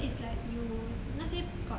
so it's like you 那些 got